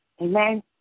Amen